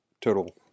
total